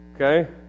okay